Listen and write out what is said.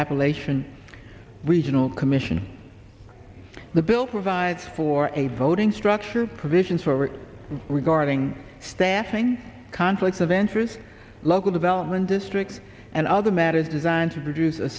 appalachian regional commission the bill provides for a voting structure provisions for regarding staffing conflicts of interest local development district and other matters designed to produce a